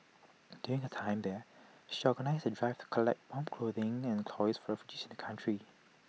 during her time there she organised A drive to collect warm clothing and toys for refugees in the country